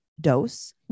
dose